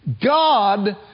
God